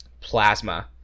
plasma